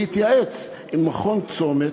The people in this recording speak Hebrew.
להתייעץ עם מכון צומת,